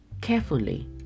carefully